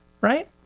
right